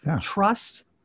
trust